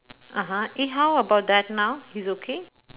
(uh huh) eh how about that now he's okay